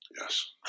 Yes